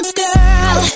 girl